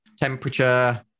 temperature